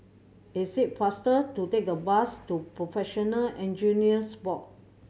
it is faster to take the bus to Professional Engineers Board